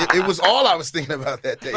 it was all i was thinking about that day